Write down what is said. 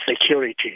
security